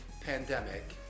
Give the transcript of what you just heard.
pandemic